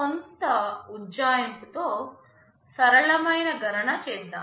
కొంత ఉజ్జాయింపుతో సరళమైన గణన చేద్దాం